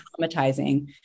traumatizing